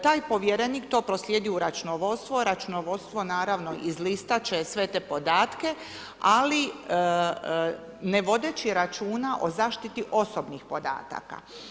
Taj povjerenik to proslijedi u računovodstvo, računovodstvo naravno izlistat će sve podatke, ali ne vodeći računa o zaštiti osobnih podataka.